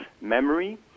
memory